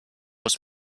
muss